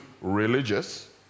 religious